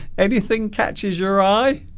anything catches your eye